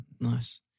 Nice